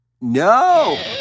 No